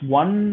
one